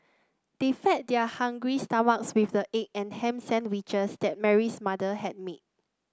they fed their hungry stomachs with the egg and ham sandwiches that Mary's mother had made